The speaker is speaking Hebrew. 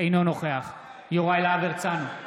אינו נוכח יוראי להב הרצנו,